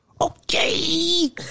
Okay